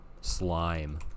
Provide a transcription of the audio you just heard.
slime